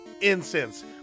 incense